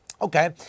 Okay